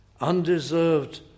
Undeserved